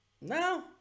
No